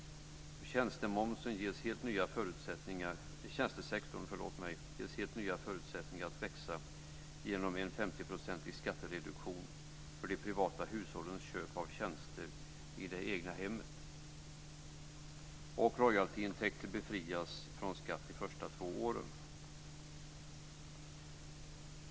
Tjänstesektorn ges helt nya förutsättningar att växa genom en 50-procentig skattereduktion för de privata hushållens köp av tjänster i det egna hemmet. Royaltyintäkter bör befrias från skatt de två första åren. Fru talman!